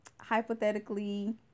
hypothetically